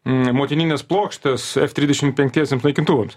m motinines plokštes trisdešimt penktiesiems naikintuvams